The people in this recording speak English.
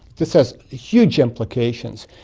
this has huge implications.